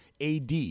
AD